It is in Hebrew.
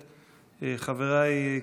חבריי,